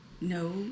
No